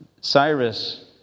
Cyrus